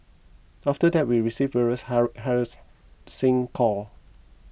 after that we received various hara harassing call